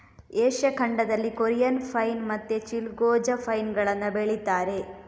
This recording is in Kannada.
ಏಷ್ಯಾ ಖಂಡದಲ್ಲಿ ಕೊರಿಯನ್ ಪೈನ್ ಮತ್ತೆ ಚಿಲ್ಗೊ ಜಾ ಪೈನ್ ಗಳನ್ನ ಬೆಳೀತಾರೆ